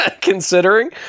considering